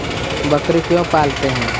बकरी क्यों पालते है?